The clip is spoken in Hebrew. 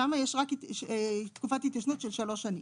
שם יש רק תקופת התיישנות של שלוש שנים.